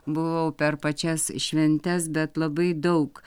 buvau per pačias šventes bet labai daug